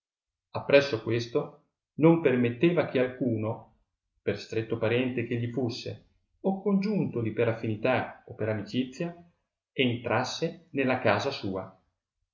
ferro appresso questo non permetteva che alcuno per stretto parente che gli fusse o congiuntoli per affinità o per amicizia entrasse nella casa sua